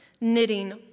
knitting